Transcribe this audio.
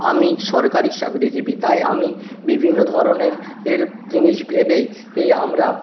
আমি সরকারি চাকরিজীবী তাই আমি বিভিন্ন ধরনের এর জিনিস ভেবেই এই আমরা